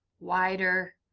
wider.